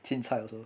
chin cai also